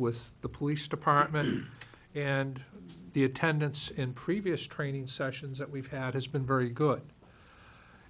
with the police department and the attendants in previous training sessions that we've had has been very good